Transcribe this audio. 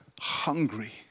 hungry